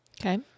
Okay